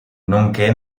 nonché